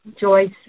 Joyce